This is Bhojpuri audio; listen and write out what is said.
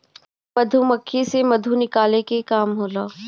मधुमक्खी से मधु निकाले के काम होला